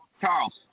Charles